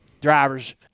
drivers